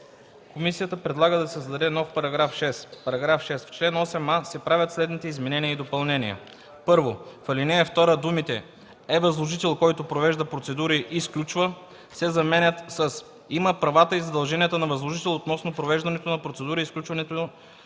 Комисията предлага да се създаде нов § 6: „§ 6. В чл. 8а се правят следните изменения и допълнения: 1. В ал. 2 думите „е възложител, който провежда процедури и сключва” се заменят с „има правата и задълженията на възложител относно провеждането на процедури и сключването